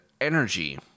energy